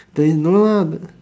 there is no no no